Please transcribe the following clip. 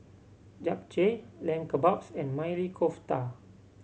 Japchae Lamb Kebabs and Maili Kofta